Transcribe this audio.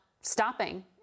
stopping